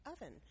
oven